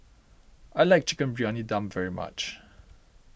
I like Chicken Briyani Dum very much